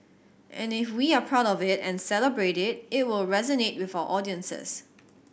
and if we are proud of it and celebrate it it will resonate with our audiences